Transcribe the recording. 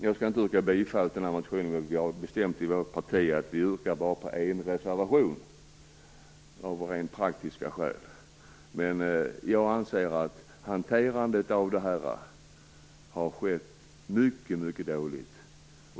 Jag yrkar inte bifall till min motion. I vårt parti har vi bestämt oss för att yrka bifall endast till vår reservation; detta av rent praktiska skäl. Jag anser att hanteringen av det här varit mycket dålig.